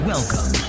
Welcome